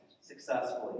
successfully